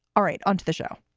all right. onto the show.